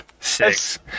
Six